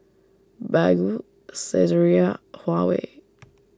Baggu Saizeriya Huawei